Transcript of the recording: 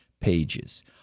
pages